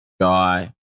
guy